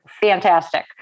fantastic